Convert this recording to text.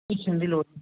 tuition ਦੀ ਲੋੜ ਨਹੀਂ